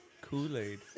Kool-Aid